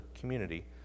community